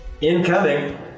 incoming